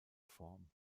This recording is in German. form